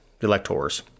electors